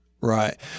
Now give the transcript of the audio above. right